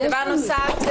דבר נוסף,